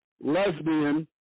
lesbian